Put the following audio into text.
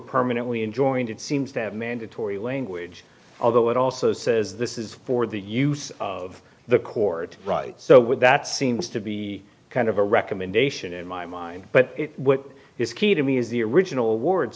permanently enjoined it seems to have mandatory language although it also says this is for the use of the court right so with that seems to be kind of a recommendation in my mind but what is key to me is the original ward